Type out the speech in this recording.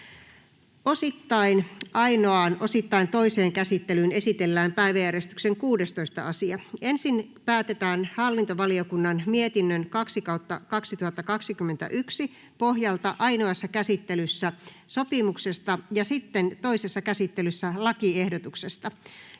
osittain toiseen käsittelyyn esitellään päiväjärjestyksen 16. asia. Ensin päätetään hallintovaliokunnan mietinnön HaVM 2/2021 vp pohjalta ainoassa käsittelyssä sopimuksesta ja sitten toisessa käsittelyssä lakiehdotuksesta.